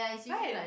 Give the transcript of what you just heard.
right